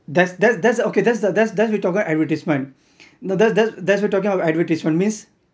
that's that's that's okay that's we're talking advertisement that's that's that's we're talking of advertisements means